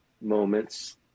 moments